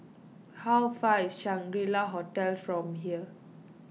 how far is Shangri La Hotel from here